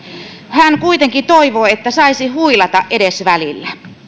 hän kuitenkin toivoi että saisi huilata edes välillä